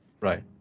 right